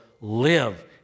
live